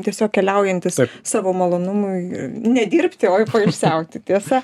tiesiog keliaujantis savo malonumui ne dirbti o poilsiauti tiesa